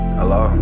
Hello